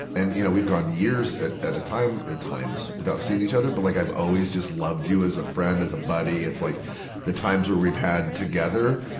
and, you know, we've gone years at, at a time at times without seeing each other. but like i've always just loved you as a friend, as a buddy. it's like the times where we've had together,